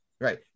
Right